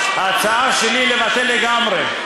ההצעה שלי היא לבטל לגמרי.